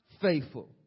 faithful